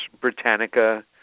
Britannica